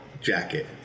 jacket